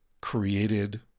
created